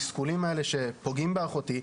את התסכולים האלה שפוגעים באחותי,